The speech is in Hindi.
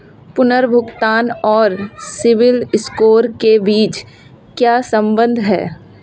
पुनर्भुगतान और सिबिल स्कोर के बीच क्या संबंध है?